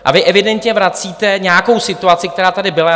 A vy evidentně vracíte nějakou situaci, která tady byla.